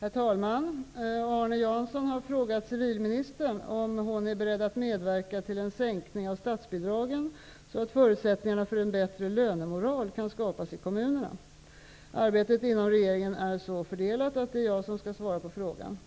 Herr talman! Arne Jansson har frågat civilministern om hon är beredd att medverka till en sänkning av statsbidragen så att förutsättningar för en bättre lönemoral kan skapas i kommunerna. Arbetet inom regeringen är så fördelat att det är jag som skall svara på frågan.